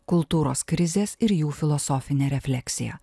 kultūros krizės ir jų filosofinė refleksija